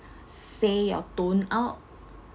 say your tone out